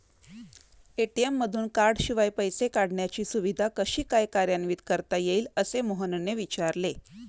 ATM मधून कार्डशिवाय पैसे काढण्याची सुविधा कशी काय कार्यान्वित करता येईल, असे मोहनने विचारले